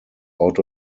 out